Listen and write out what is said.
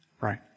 Right